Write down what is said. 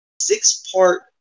six-part